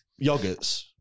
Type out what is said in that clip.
Yogurts